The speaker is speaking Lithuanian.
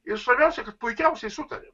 ir svarbiausia kad puikiausiai sutariam